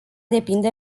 depinde